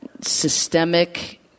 systemic